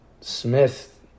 Smith